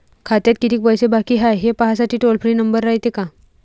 खात्यात कितीक पैसे बाकी हाय, हे पाहासाठी टोल फ्री नंबर रायते का?